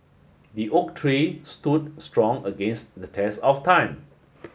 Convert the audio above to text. the oak tree stood strong against the test of time